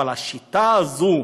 אבל השיטה הזאת,